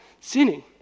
sinning